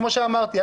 כמו שאמרתי,